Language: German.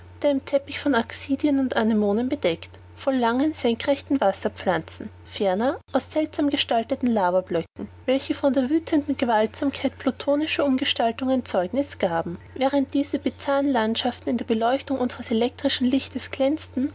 einem teppich von axidien und anemonen bedeckt voll langen senkrechten wasserpflanzen ferner aus seltsam gestalteten lavablöcken welche von der wüthenden gewaltsamkeit plutonischer umgestaltungen zeugniß gaben während diese bizarren landschaften in der beleuchtung unseres elektrischen lichtes glänzten